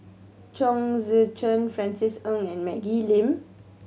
Chong Tze Chien Francis Ng and Maggie Lim